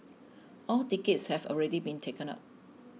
all tickets have already been taken up